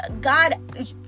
God